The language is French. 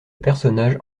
personnage